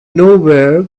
nowhere